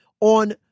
on